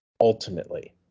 ultimately